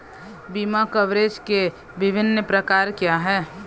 बीमा कवरेज के विभिन्न प्रकार क्या हैं?